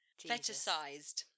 Fetishized